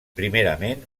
primerament